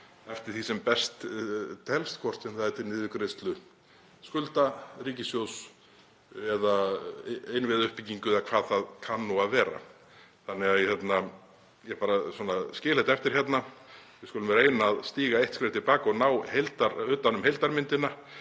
eftir því sem best telst, hvort sem það er til niðurgreiðslu skulda ríkissjóðs eða innviðauppbyggingar eða hvað það kann nú að vera. Ég bara skil þetta eftir hérna. Við skulum reyna að stíga eitt skref til baka og ná utan um heildarmyndina.